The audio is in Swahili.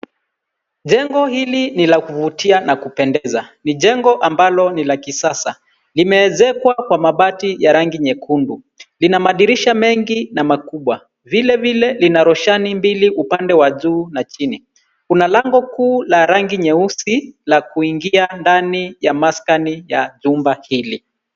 Jengo hili ni la kuvutia na kupendeza. Ni jengo ambalo ni la kisasa. Limeezekwa kwa mabati ya rangi nyekundu. Lina madirisha mengi na makubwa, vilevile lina roshani mbili upande wa juu na chini. Kuna lango kuu la rangi nyeusi la kuingia ndani ya maskani ya jumba hili.